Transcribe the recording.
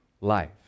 life